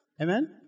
Amen